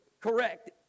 Correct